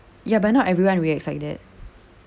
ya but not everyone reacts like that